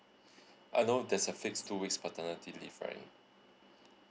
I know there's a fixed two weeks paternity leave right